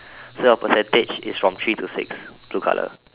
so your percentage is from three to six blue color